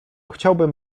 chciałbym